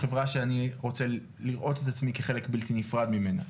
חברה שאני רוצה לראות את עצמי כחלק בלתי נפרד ממנה.